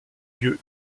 lieu